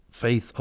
faith